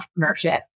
entrepreneurship